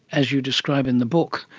as you describe in the book,